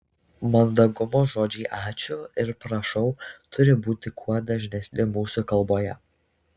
mandagumo žodžiai ačiū ir prašau turi būti kuo dažnesni mūsų kalboje